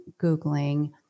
Googling